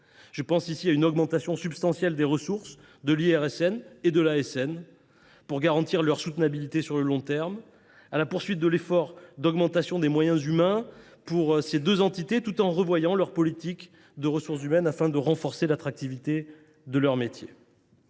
Je pense à une augmentation substantielle des ressources de l’IRSN et de l’ASN, pour garantir leur soutenabilité sur le long terme, à la poursuite de l’effort d’augmentation des moyens humains de ces deux entités et à la révision de leurs politiques de ressources humaines, afin de renforcer l’attractivité de leurs métiers.